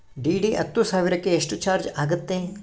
DD ಹತ್ತು ಸಾವಿರಕ್ಕೆ ಎಷ್ಟು ಚಾಜ್೯ ಆಗತ್ತೆ?